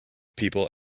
people